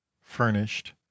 furnished